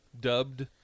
dubbed